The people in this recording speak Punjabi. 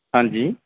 ਹਾਂਜੀ